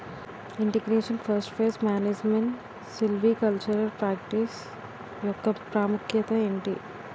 integration forest pest management silvicultural practice యెక్క ప్రాముఖ్యత ఏంటి